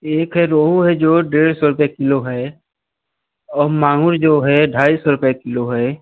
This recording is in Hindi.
एक है रोहू है जो है डेढ़ सौ रुपये किलो है और मांगुर जो है ढाई सौ रुपये किलो है